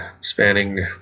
spanning